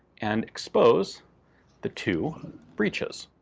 and expose the two breeches.